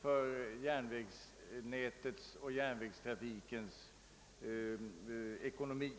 för järnvägstrafikens ekonomi.